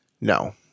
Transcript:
No